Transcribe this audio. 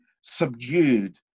subdued